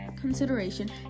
consideration